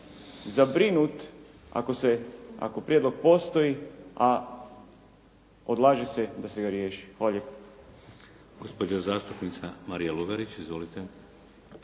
zabrinut ako prijedlog postoji, a odlaže se da ga se riješi.